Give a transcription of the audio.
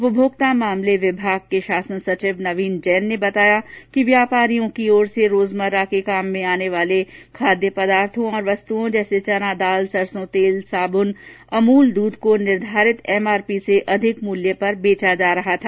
उपभोक्ता मामले विभाग के शासन सचिव नवीन जैन ने बताया कि व्यापारियों की और से रोजमर्रा काम में आने वाले खाद्य पदार्थों और वस्तुओं जैसे चना दाल सरसों तेल साब्न अमूल दूध को निर्धारित एमआरपी से अधिक मूल्य पर बेचा जा रहा था